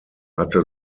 hatte